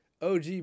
OG